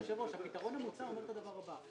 כבוד היושב-ראש, הפתרון המוצע אומר את הדבר הבא.